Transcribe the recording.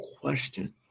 question